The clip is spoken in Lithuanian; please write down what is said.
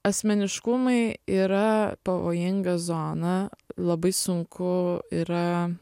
asmeniškumai yra pavojinga zona labai sunku yra